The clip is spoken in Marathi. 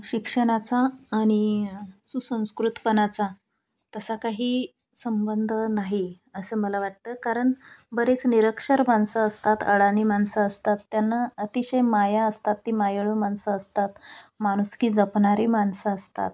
शिक्षणाचा आणि सुसंस्कृतपणाचा तसा काही संबंध नाही असं मला वाटतं कारण बरेच निरक्षर माणसं असतात अडाणी माणसं असतात त्यांना अतिशय माया असतात ती मायाळू माणसं असतात माणुसकी जपणारी माणसं असतात